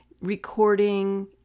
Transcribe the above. recording